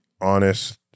honest